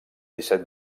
disset